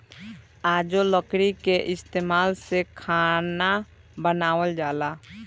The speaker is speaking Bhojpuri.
आजो लकड़ी के इस्तमाल से खाना बनावल जाला